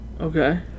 Okay